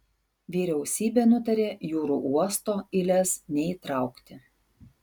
vyriausybė nutarė jūrų uosto į lez neįtraukti